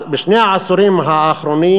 בשני העשורים האחרונים